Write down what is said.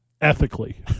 Ethically